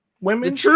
women